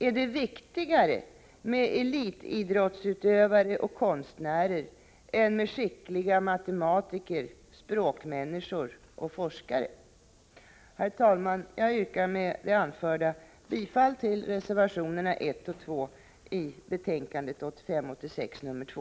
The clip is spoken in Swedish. Är det viktigare med elitidrottsutövare och konstnärer än med skickliga matematiker, språkmänniskor och forskare? Herr talman! Jag yrkar med det anförda bifall till reservationerna 1 och 2 till utbildningsutskottets betänkande 1985/86:2.